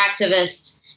activists